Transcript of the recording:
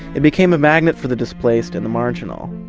it became a magnet for the displaced and the marginal.